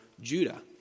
Judah